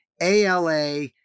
ALA